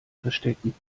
verstecken